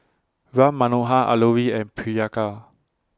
Ram Manohar Alluri and Priyanka